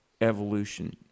evolution